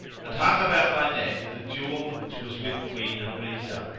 and hung about thy neck the jewel which was with queen abrizah.